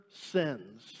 sins